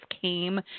came